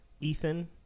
Ethan